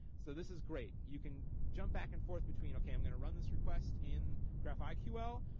so this is great. you can jump back and forth between, okay, i'm gonna run this request in graphiql.